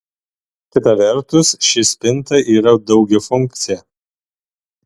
kita vertus ši spinta yra daugiafunkcė